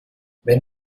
wenn